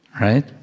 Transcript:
right